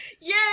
Yay